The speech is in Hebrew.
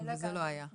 וזה לא היה לפני?